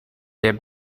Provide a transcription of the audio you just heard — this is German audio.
der